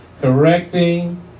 correcting